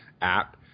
app